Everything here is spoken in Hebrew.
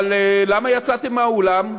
למה יצאתם מהאולם?